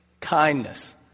kindness